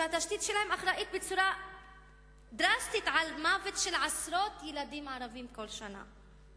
שהתשתית שלהם אחראית בצורה דרסטית למוות של עשרות ילדים ערבים כל שנה,